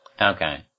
Okay